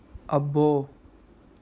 అబ్బో